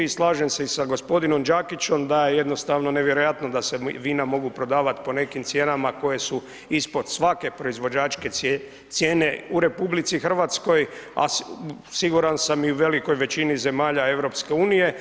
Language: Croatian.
I slažem se i sa gospodinom Đakićem da je jednostavno nevjerojatno da se vina mogu prodavati po nekim cijenama koje su ispod svake proizvođačke cijene u RH a siguran sam i u velikoj većini zemalja EU.